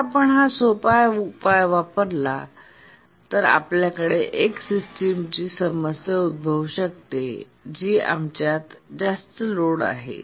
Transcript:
जर आपण हा सोपा उपाय वापरला तर आपल्याकडे एक सिस्टमची समस्या उद्भवू शकते जी आमच्यात जास्त लोड आहे